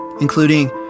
including